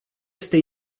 este